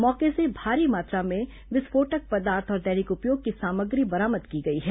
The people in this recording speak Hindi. मौके से भारी मात्रा में विस्फोटक पदार्थ और दैनिक उपयोग की सामग्री बरामद की गई है